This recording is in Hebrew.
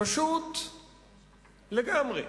פשוט לגמרי,